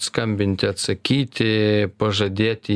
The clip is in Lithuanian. skambinti atsakyti pažadėti